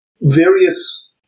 various